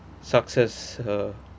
success uh